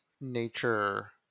nature